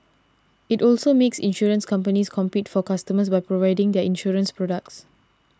it also makes insurance companies compete for customers by providing their insurance products